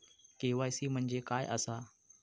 KYC म्हणजे काय आसा?